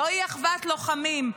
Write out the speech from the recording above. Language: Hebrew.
זוהי אחוות לוחמים.